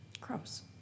Gross